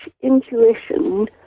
intuition